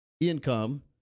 income